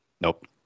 Nope